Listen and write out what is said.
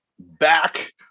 back